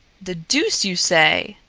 the deuce you say!